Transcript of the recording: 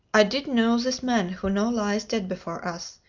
i did know this man who now lies dead before us,